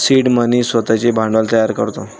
seed money स्वतःचे भांडवल तयार करतो